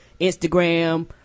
Instagram